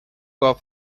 off